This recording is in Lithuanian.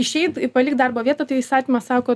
išeit i palikt darbo vietą tai įstatymas sako